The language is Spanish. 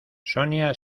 sonia